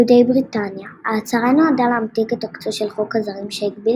יהודי בריטניה – ההצהרה נועדה להמתיק את עוקצו של "חוק הזרים" שהגביל